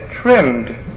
trimmed